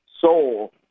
soul